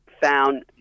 found